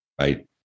Right